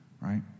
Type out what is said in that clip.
right